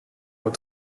aux